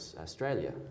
Australia